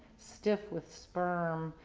stiff with sperm,